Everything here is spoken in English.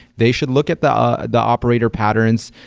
they should look at the ah the operator patterns.